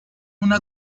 una